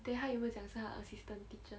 then 她有没有讲是她 assistant teacher